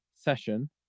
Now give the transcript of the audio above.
session